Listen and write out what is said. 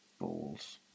balls